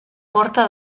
porta